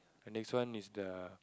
the next one is the